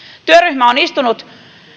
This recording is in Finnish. työryhmä on istunut